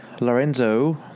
Lorenzo